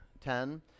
Ten